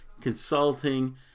consulting